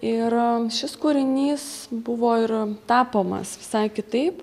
ir šis kūrinys buvo ir tapomas visai kitaip